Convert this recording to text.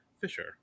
Fisher